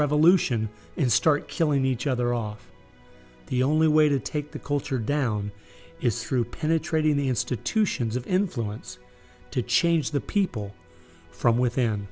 revolution and start killing each other off the only way to take the culture down is through penetrating the institutions of influence to change the people from within